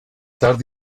tard